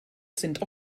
sind